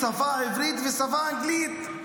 השפה העברית והשפה האנגלית.